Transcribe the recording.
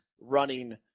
running